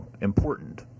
important